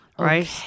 Right